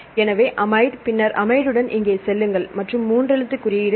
எனவே அமைடு பின்னர் அமைடுடன் இங்கே செல்லுங்கள் மற்றும் மூன்று எழுத்து குறியீடுகள்